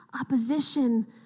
opposition